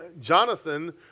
Jonathan